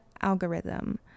algorithm